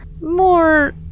more